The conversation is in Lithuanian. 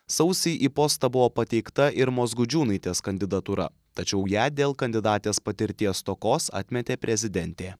sausį į postą buvo pateikta irmos gudžiūnaitės kandidatūra tačiau ją dėl kandidatės patirties stokos atmetė prezidentė